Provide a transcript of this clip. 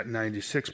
96%